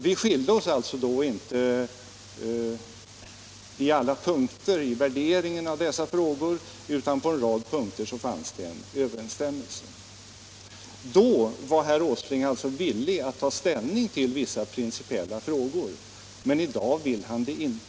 Vi skilde oss alltså inte i alla punkter i värderingen av dessa frågor, utan på en rad punkter fanns det en överensstämmelse mellan oss. Då var herr Åsling alltså villig att ta ställning till vissa principiella frågor, men i dag vill han inte göra det.